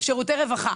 שירותי רווחה,